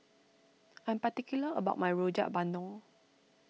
I am particular about my Rojak Bandung